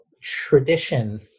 tradition